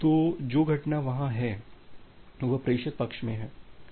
तो जो घटना वहां है वह प्रेषक पक्ष में है